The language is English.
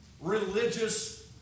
religious